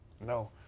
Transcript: no